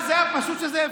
הביא אותה מעלה-מעלה.